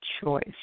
choice